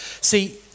see